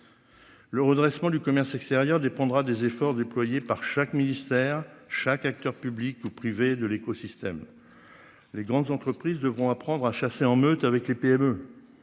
Le redressement du commerce extérieur dépendra des efforts déployés par chaque ministère, chaque acteur, publics ou privés de l'écosystème. Les grandes entreprises devront apprendre à chasser en meute avec les PME.